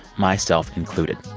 myself included.